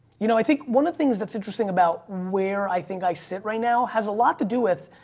you know, i think one of the things that's interesting about where i think i sit right now has a lot to do with,